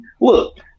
Look